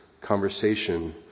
conversation